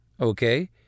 Okay